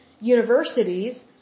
universities